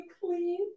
clean